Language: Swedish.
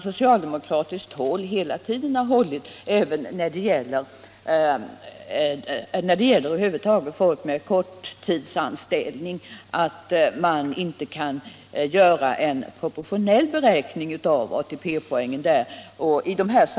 Socialdemokraterna har hela tiden även beträffande människor med korttidsanställning följt den linjen att man inte kan göra en proportionell beräkning av ATP-poängen.